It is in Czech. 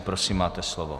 Prosím, máte slovo.